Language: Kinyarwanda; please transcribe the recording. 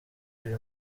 ibiri